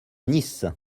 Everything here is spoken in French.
nice